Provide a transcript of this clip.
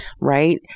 right